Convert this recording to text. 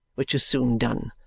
which is soon done.